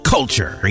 Culture